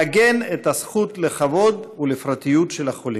לעגן את הזכות לכבוד ולפרטיות של החולים.